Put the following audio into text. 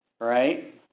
right